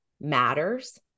matters